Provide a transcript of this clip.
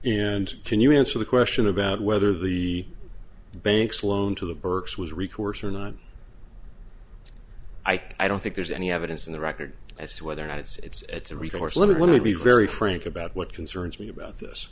and can you answer the question about whether the banks loan to the berks was recourse or not i don't think there's any evidence in the record as to whether or not it's a resource limit want to be very frank about what concerns me about this